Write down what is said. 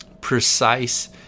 precise